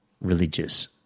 religious